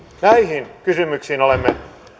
näihin kysymyksiin olemme